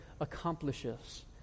accomplishes